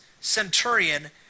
centurion